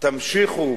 תמשיכו